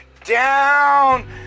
down